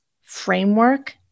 framework